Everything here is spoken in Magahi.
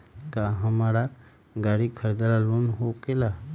का हमरा गारी खरीदेला लोन होकेला?